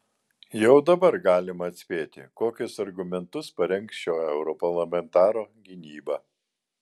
jau dabar galima atspėti kokius argumentus parengs šio europarlamentaro gynyba